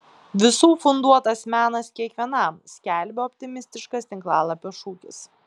visų funduotas menas kiekvienam skelbia optimistiškas tinklalapio šūkis